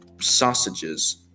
sausages